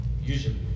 Usually